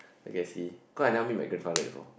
I can see cause I never meet my grandfather before